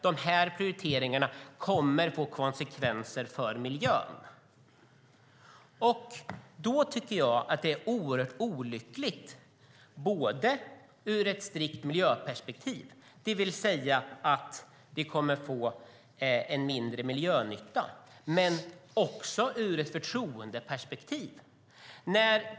De här prioriteringarna kommer att få konsekvenser för miljön. Det tycker jag är oerhört olyckligt, både ur ett strikt miljöperspektiv, det vill säga att vi kommer att få mindre miljönytta, och ur ett förtroendeperspektiv.